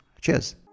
Cheers